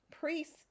Priests